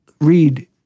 read